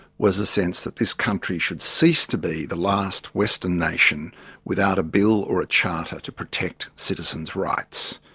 was a sense that this country should cease to be the last western nation without a bill or a charter to protect citizens' rights.